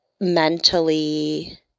mentally